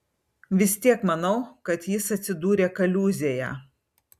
vis tiek manau kad jis atsidūrė kaliūzėje